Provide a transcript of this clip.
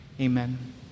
Amen